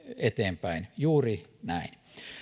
eteenpäin juuri näin